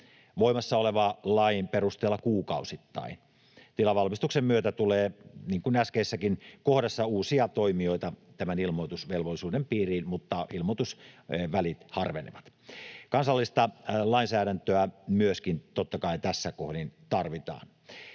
voimassa olevan lain perusteella kuukausittain. Tilavalmistuksen myötä tulee, niin kuin äskeisessäkin kohdassa, uusia toimijoita tämän ilmoitusvelvollisuuden piiriin, mutta ilmoitusvälit harvenevat. Kansallista lainsäädäntöä myöskin, totta kai, tässä kohdin tarvitaan.